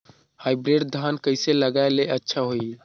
Hybrid धान कइसे लगाय ले अच्छा होही?